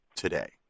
today